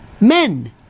Men